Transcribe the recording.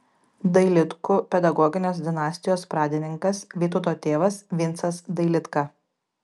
dailidkų pedagoginės dinastijos pradininkas vytauto tėvas vincas dailidka